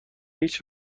هیچ